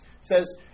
says